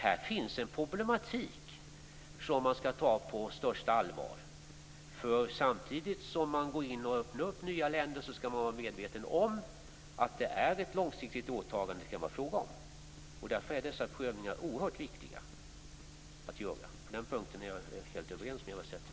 Här finns en problematik som man skall ta på största allvar. Samtidigt som man öppnar nya länder för export skall man vara medveten om att det kan vara fråga om ett långsiktigt åtagande. Därför är dessa prövningar oerhört viktiga att göra. På den punkten är jag helt överens med Eva Zetterberg.